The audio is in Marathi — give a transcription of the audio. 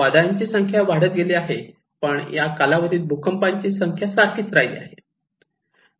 वादळाची संख्या वाढत गेली आहे पण या कालावधीत भूकंपाची संख्या सारखीच राहिली आहे